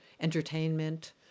entertainment